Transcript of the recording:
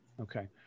Okay